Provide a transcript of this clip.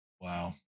Wow